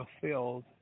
fulfilled